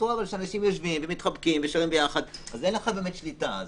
רואה שאנשים יושבים ומתחבקים ואין לך שליטה.